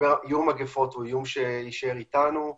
איום המגפות הוא איום שיישאר איתנו,